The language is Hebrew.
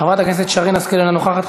חברת הכנסת שרן השכל, אינה נוכחת.